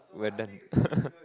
we're done